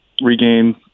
regain